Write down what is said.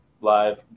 live